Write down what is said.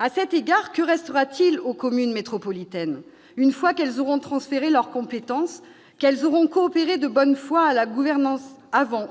À cet égard, que restera-t-il aux communes métropolitaines, une fois qu'elles auront transféré leurs compétences, coopéré de bonne foi à la gouvernance avant